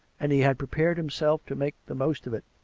and he had prepared himself to make the most of it.